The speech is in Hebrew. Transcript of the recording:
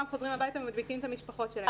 חוזרים הביתה ומדביקים את המשפחות שלהם.